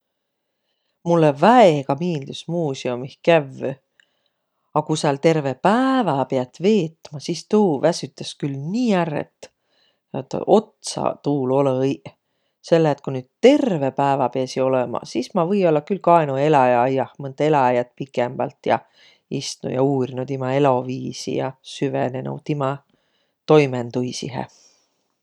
Mullõ väega miildüs muusõumih kävvüq, a ku sääl terve päävä piät veetmä, sis tuu väsütäs külh nii ärq, et otsa tuul olõ-õiq. Selle et ku nüüd terve päävä piäsiq olõma, sis ma külh kaenuq eläjäaiah mõnt eläjät pikembält ja istnuq ja uurnuq timä eloviisi ja süvenenüq timä toimõnduisihe.